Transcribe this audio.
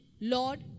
Lord